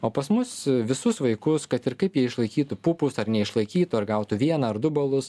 o pas mus visus vaikus kad ir kaip jie išlaikytų pupus ar neišlaikytų ar gautų vieną ar du balus